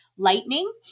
lightning